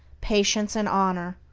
patience and honor,